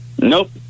Nope